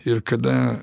ir kada